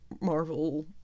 marvel